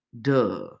Duh